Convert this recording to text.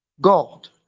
God